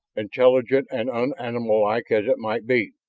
intelligent and un-animallike as it might be.